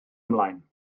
ymlaen